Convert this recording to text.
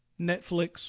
Netflix